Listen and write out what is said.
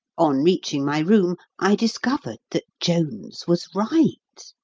on reaching my room, i discovered that jones was right.